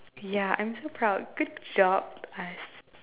ya I'm so proud good job us